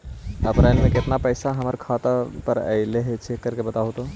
अप्रैल में केतना पैसा हमर खाता पर अएलो है चेक कर के बताहू तो?